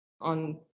on